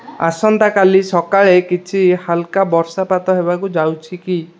ଆସନ୍ତା କାଲି ସକାଳେ କିଛି ହାଲକା ବର୍ଷାପାତ ହେବାକୁ ଯାଉଛି କି